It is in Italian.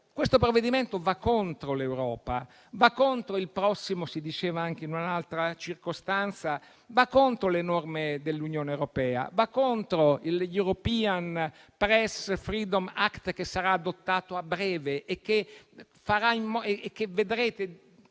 Questo provvedimento va contro l'Europa, va contro il prossimo - si diceva anche in un'altra circostanza - va contro le norme dell'Unione europea; va contro lo European media freedom act*,* che sarà adottato a breve e che ancora